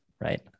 Right